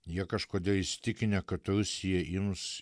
jie kažkodėl įsitikinę kad rusija ims